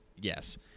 Yes